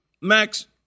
Max